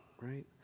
right